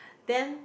then